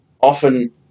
often